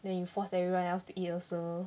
then you force everyone else to eat also